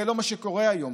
זה לא מה שקורה היום.